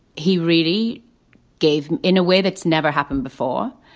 he really gave him in a way that's never happened before.